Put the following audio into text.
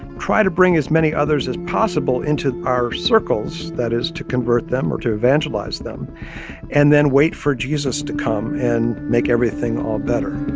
try to bring as many others as possible into our circles that is to convert them or to evangelize them and then wait for jesus to come and make everything all better